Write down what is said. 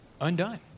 undone